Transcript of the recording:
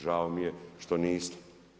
Žao mi je što niste.